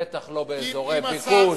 בטח לא באזורי ביקוש.